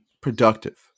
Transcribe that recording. productive